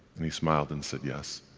and he smiled and said yes.